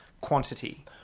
quantity